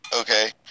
okay